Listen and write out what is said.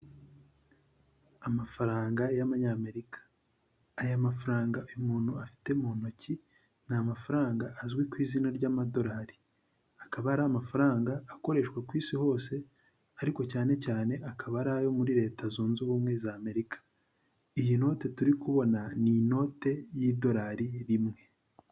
Amafaranga y'Amanyamerika. Aya mafaranga uyu umuntu afite mu ntoki, ni amafaranga azwi ku izina ry'amadolari. Akaba ari amafaranga akoreshwa ku isi hose, ariko cyane cyane akaba ari ayo muri Leta zunze ubumwe z'Amerika. iyi note turi kubona, ni inote y'idolari rimwe.